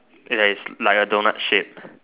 that is like a donut shape